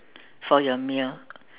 for your meal